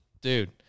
dude